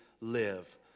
live